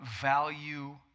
value